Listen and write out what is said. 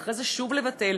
ואחרי זה שוב לבטל,